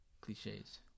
cliches